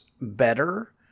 better